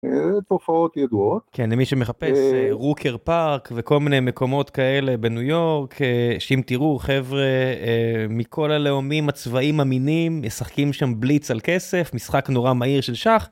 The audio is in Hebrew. אלה תופעות ידועות. כן, למי שמחפש רוקר פארק וכל מיני מקומות כאלה בניו יורק, שאם תראו, חבר'ה מכל הלאומים, הצבעים, המינים, משחקים שם בליץ על כסף, משחק נורא מהיר של שח.